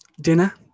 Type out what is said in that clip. dinner